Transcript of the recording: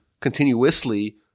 continuously